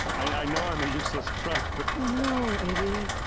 i and i know i'm a useless trunk, but. no, idiot!